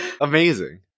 Amazing